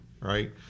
right